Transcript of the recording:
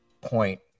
point